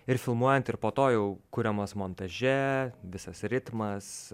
ir filmuojant ir po to jau kuriamos montaže visas ritmas